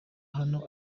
hano